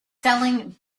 selling